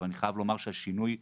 אבל אני חייב לומר שהשינוי מורגש.